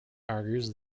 argues